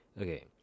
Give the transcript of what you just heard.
Okay